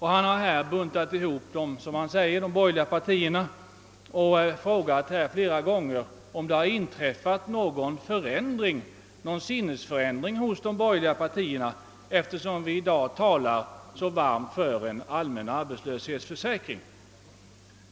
Han har buntat ihop de borgerliga och flera gånger frågat om det har inträffat någon sinnesförändring hos de borgerliga partierna, eftersom de i dag talar så varmt för en allmän arbetslöshetsförsäkring.